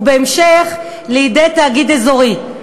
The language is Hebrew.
ובהמשך לידי תאגיד אזורי.